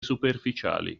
superficiali